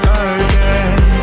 again